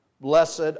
Blessed